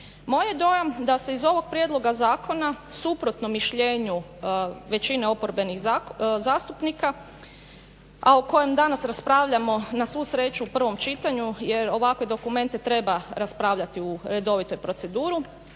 Moj je dojam da se iz ovog prijedloga zakona suprotno mišljenju većine oporbenih zastupnika, a o kojem danas raspravljamo na svu sreću u prvom čitanju jer ovakve dokumente treba raspravljati u redovitoj proceduri,